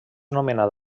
nomenat